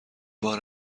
بار